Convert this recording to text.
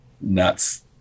nuts